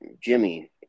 Jimmy